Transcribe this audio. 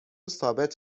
ثابت